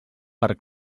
per